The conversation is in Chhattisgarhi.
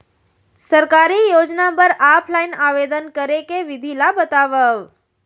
सरकारी योजना बर ऑफलाइन आवेदन करे के विधि ला बतावव